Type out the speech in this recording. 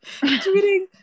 tweeting